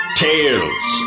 tales